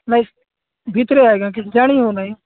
ନାଇଁ ଭିତରେ ଆଜ୍ଞା କିଛି ଜାଣି ହେଉନାହିଁ